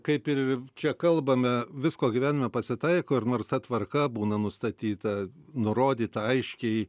kaip ir čia kalbame visko gyvenime pasitaiko ir nors ta tvarka būna nustatyta nurodyta aiškiai